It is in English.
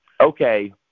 okay